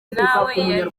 nawe